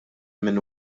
minn